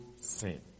sin